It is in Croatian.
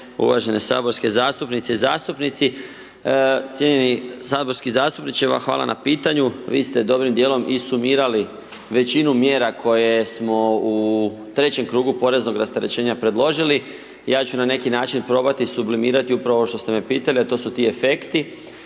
uvažene saborske zastupnice i zastupnici. Cijenjeni saborski zastupniče, vama hvala na pitanju, vi ste dobrim dijelom i sumirali većinu mjera koje smo u trećem krugu poreznog rasterećenja predložili. Ja ću na neki način probati sublimirati upravo ovo što ste me pitali, a to su ti efekti.